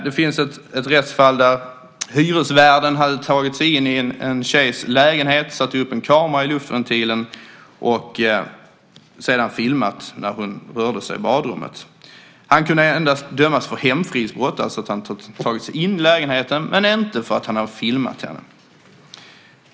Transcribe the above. Det finns ett rättsfall där hyresvärden hade tagit sig in i en tjejs lägenhet, satt upp en kamera i luftventilen och sedan filmat när hon rörde sig i badrummet. Han kunde endast dömas för hemfridsbrott, alltså att han tagit sig in i lägenheten, men inte för att han filmat henne.